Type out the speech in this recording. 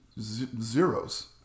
zeros